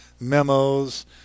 memos